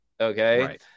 Okay